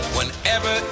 Whenever